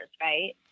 right